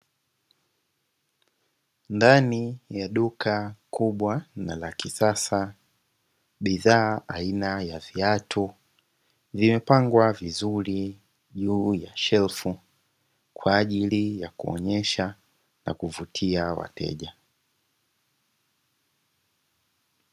Ndani ya duka kubwa na la kisasa, bidhaa aina ya viatu vimepangwa vizuri juu ya shelfu kwa ajili ya kuonyesha na kuvutia wateja.